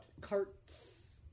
carts